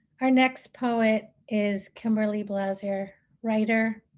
our next poet is kimberly blaeser, writer,